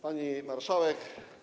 Pani Marszałek!